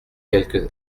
quelque